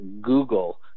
Google